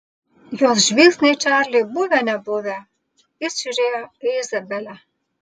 jos žvilgsniai čarliui buvę nebuvę jis žiūrėjo į izabelę